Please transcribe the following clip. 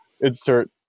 Insert